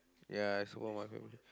ya I support my family